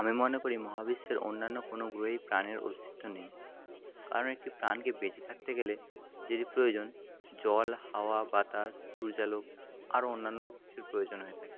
আমি মনে করি মহাবিশ্বের অন্যান্য কোনো গ্রহেই প্রাণের অস্তিত্ব নেই কারণ একটি প্রাণকে বেঁচে থাকতে গেলে যে যে প্রয়োজন জল হাওয়া বাতাস সূর্যালোক আরও অন্যান্য কিছুর প্রয়োজন হয়ে থাকে